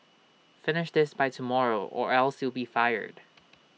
finish this by tomorrow or else you be fired